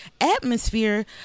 atmosphere